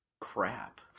crap